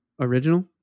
original